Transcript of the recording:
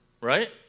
right